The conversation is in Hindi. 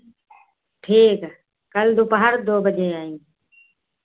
ठीक है कल दोपहर दो बजे आएंगे